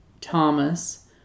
Thomas